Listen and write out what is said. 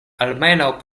almenaŭ